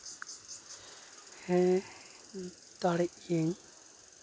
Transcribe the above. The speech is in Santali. ᱦᱮᱸ ᱫᱟᱲᱮᱜ ᱜᱮᱭᱟᱧ